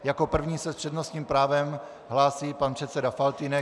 Jako první se s přednostním právem hlásí pan předseda Faltýnek.